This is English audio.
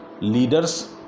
leaders